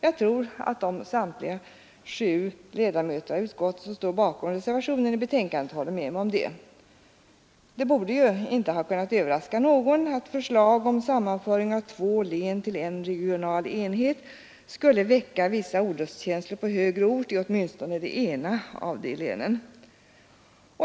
Jag tror att samtliga de sju ledamöter av utskottet som står bakom reservationen i betänkandet håller med mig om det. Det borde ju inte ha kunnat överraska någon att förslag om sammanföring av två län till en regional enhet skulle väcka vissa olustkänslor på högre ort i åtminstone det ena av de länen.